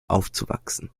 aufzuwachsen